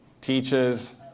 teaches